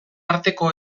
arteko